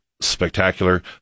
spectacular